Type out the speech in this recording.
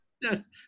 Yes